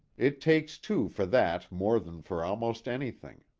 it takes two for that more than for almost anything.